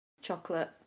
chocolate